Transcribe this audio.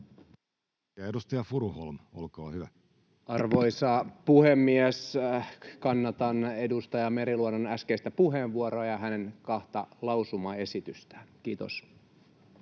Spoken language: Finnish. Edustaja Furuholm, olkaa hyvä. Arvoisa puhemies! Kannatan edustaja Meriluodon äskeistä puheenvuoroa ja hänen kahta lausumaesitystään. — Kiitos.